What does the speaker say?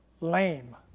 lame